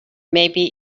maybe